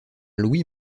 louis